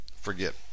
forget